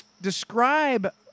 Describe